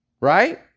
right